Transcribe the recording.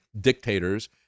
dictators